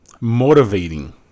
Motivating